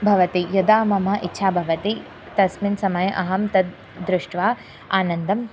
भवति यदा मम इच्छा भवति तस्मिन् समये अहं तद् दृष्ट्वा आनन्दम्